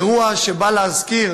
אירוע שבא להזכיר